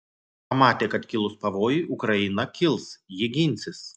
pamatė kad kilus pavojui ukraina kils ji ginsis